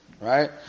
Right